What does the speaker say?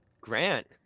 Grant